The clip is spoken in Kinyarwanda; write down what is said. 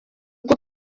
bwo